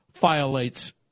violates